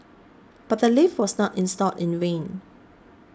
but the lift was not installed in vain